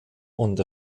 und